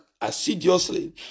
Assiduously